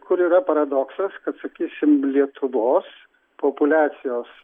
kur yra paradoksas kad sakysim lietuvos populiacijos